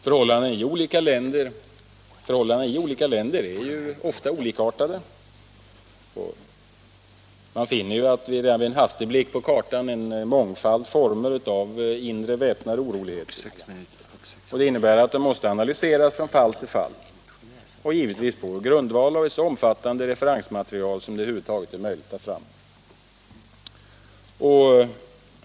Förhållandena i olika länder är ofta olikartade. Man finner vid en hastig blick på kartan en mångfald former av inre väpnade oroligheter, vilket innebär att de måste analyseras från fall till fall, och givetvis på grundval av ett så omfattande referensmaterial som det över huvud taget är möjligt att ta fram.